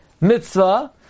mitzvah